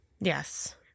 Yes